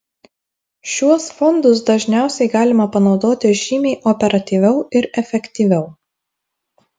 šiuos fondus dažniausiai galima panaudoti žymiai operatyviau ir efektyviau